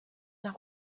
nach